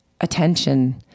attention